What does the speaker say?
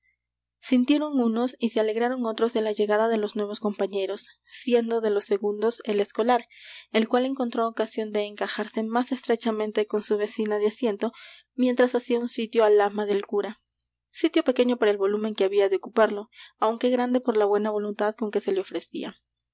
sintieron unos y se alegraron otros de la llegada de los nuevos compañeros siendo de los segundos el escolar el cual encontró ocasión de encajarse más estrechamente con su vecina de asiento mientras hacía un sitio al ama del cura sitio pequeño para el volumen que había de ocuparlo aunque grande por la buena voluntad con que se le ofrecía